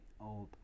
old